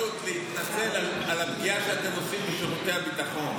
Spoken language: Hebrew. אני נותן לך הזדמנות להתנצל על הפגיעה שאתם עושים בשירותי הביטחון.